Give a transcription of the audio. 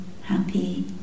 happy